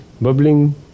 bubbling